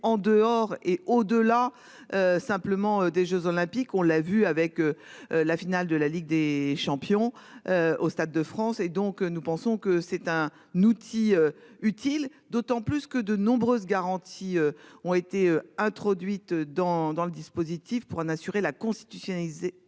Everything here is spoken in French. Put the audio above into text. en dehors et au-delà. Simplement des Jeux Olympiques, on l'a vu avec. La finale de la Ligue des Champions. Au Stade de France et donc nous pensons que c'est un Nuzzi utile d'autant plus que de nombreuses garanties ont été introduites dans dans le dispositif pour en assurer la constitutionnaliser